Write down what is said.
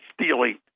stealing